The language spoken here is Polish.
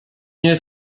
nie